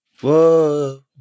Whoa